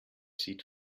sieht